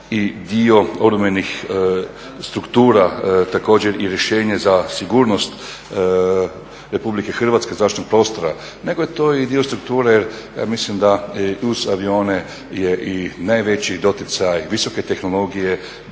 i dio obrambenih struktura također i rješenje za sigurnost RH i zračnog prostora nego je to i dio strukture. Ja mislim da i uz avione je i najveći doticaj visoke tehnologije,